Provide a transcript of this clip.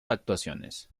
actuaciones